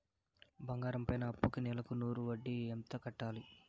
బంగారం పైన అప్పుకి నెలకు నూరు వడ్డీ ఎంత కట్టాలి?